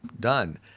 done